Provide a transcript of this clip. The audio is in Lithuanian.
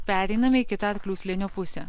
pereiname į kitą arklių slėnio pusę